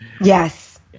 Yes